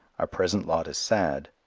our present lot is sad,